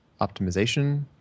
optimization